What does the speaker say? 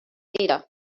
dira